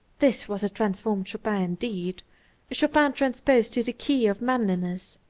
this was a transformed chopin indeed, a chopin transposed to the key of manliness.